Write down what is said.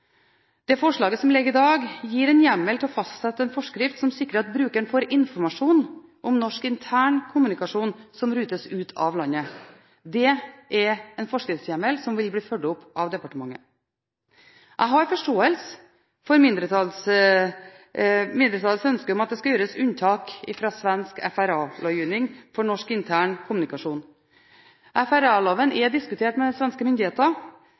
Det forslaget som foreligger i dag, gir hjemmel til å fastsette en forskrift som sikrer at brukeren får informasjon om norsk intern kommunikasjon som rutes ut av landet. Det er en forskriftshjemmel som vil bli fulgt opp av departementet. Jeg har forståelse for mindretallets ønske om at det skal gjøres unntak fra svensk FRA-lovgivning for norsk intern kommunikasjon. FRA-loven er diskutert med svenske myndigheter.